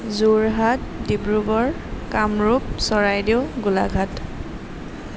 Jorhat Dibrugarh Kamrup Charaideo Golaghat